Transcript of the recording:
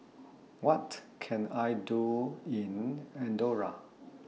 What Can I Do in Andorra